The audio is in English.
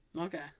okay